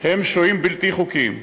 הם שוהים בלתי חוקיים.